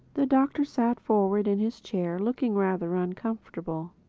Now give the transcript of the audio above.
the doctor sat forward in his chair looking rather uncomfortable.